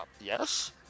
yes